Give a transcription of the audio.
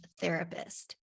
therapist